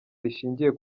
rishingiye